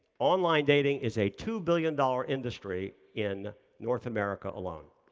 online dating is a two billion dollar industry in north america alone.